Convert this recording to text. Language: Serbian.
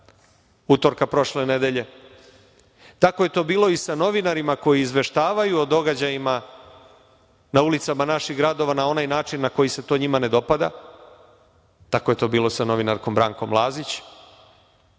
utorka prošle nedelje, tako je to bilo i sa novinarima koji izveštavaju o događajima na ulicama naših gradova na onaj način koji na koji se to njima ne dopada, tako je to bilo sa novinarkom Brankom Lazić,